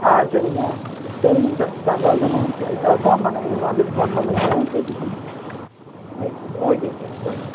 ஆ சரிங்க சரிங்க ச சந்தோஷண்ணே ஃபோன் பண்ணுங்கள் நீங்கள் வந்துட்டு ஃபோன் பண்ணுங்கள் பேசிப்போங்க ரைட் ஓகே சார் ஓகே